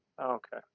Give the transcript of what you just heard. Okay